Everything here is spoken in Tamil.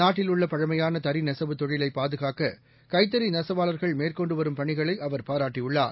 நாட்டில் உள்ளபழமையானதறிநெசவு தொழிலைபாதுகாக்க கைத்தறிநெசவாளர்கள் மேற்கொண்டுவரும் பணிகளைஅவர் பாராட்டியுள்ளார்